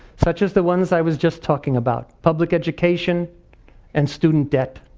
such as the ones i was just talking about, public education and student debt.